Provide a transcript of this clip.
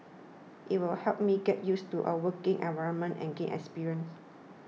it will help me get used to a working environment and gain experience